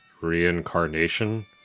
reincarnation